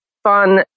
Fun